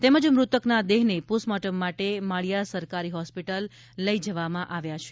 તેમજ મૃતકના દેહને પોસ્ટમોટર્મ માટે માળિયા સરકારી હોસ્પિટલ લઈ જવામાં આવ્યા છે